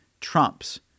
trumps